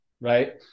Right